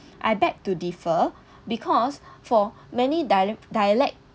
I beg to differ because for many dialect dialect